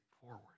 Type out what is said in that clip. forward